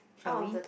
shall we